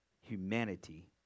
humanity